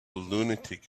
lunatic